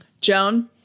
Joan